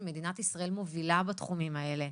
אם מדינת ישראל מובילה בתחומים האלה,